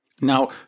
Now